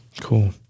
Cool